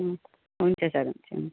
हुन्छ सर हुन्छ हुन्छ